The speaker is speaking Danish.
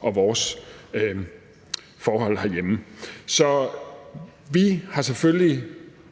og vores forhold herhjemme.